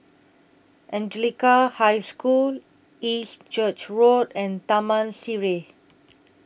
Anglican High School East Church Road and Taman Sireh